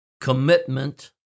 commitment